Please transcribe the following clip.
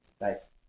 nice